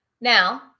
Now